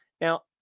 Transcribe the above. now